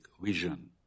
vision